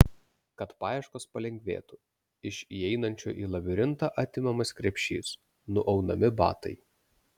kad paieškos palengvėtų iš įeinančiojo į labirintą atimamas krepšys nuaunami batai